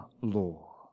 law